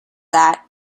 that